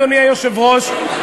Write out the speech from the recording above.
אדוני היושב-ראש,